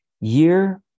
year